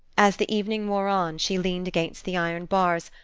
as the evening wore on, she leaned against the iron bars,